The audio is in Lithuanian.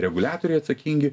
reguliatoriai atsakingi